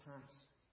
pass